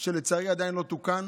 שלצערי עדיין לא תוקן: